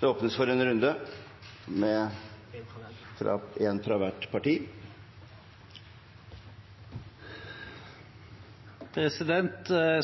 Det åpnes for en runde med kommentarer fra en representant fra hver partigruppe.